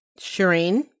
Shireen